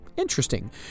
interesting